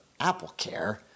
AppleCare